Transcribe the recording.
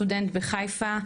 סטודנט בחיפה,